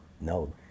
No